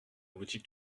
boutique